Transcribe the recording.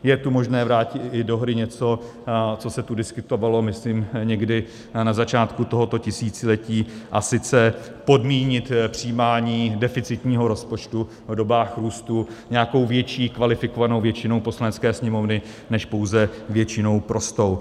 Je tu možné vrátit i do hry něco, co se tu diskutovalo, myslím, někdy na začátku tohoto tisíciletí, a sice podmínit přijímání deficitního rozpočtu v dobách růstu nějakou větší kvalifikovanou většinou Poslanecké sněmovny než pouze většinou prostou.